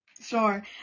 Sure